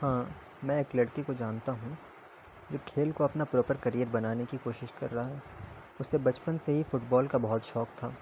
ہاں میں ایک لڑکے کو جانتا ہوں جو کھیل کو اپنا پروپر کیریئر بنانے کی کوشش کر رہا ہے اس سے بچپن سے ہی فٹ بال کا بہت شوق تھا